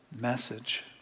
message